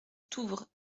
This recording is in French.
touvre